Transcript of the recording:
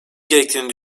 gerektiğini